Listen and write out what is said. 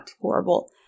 Horrible